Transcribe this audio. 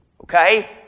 okay